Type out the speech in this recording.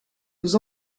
aux